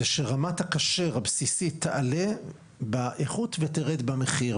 זה שרמת הכשר הבסיסית תעלה באיכות ותרד במחיר,